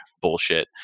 bullshit